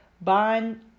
bond